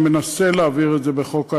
שמנסה להעביר את זה בחוק ההסדרים,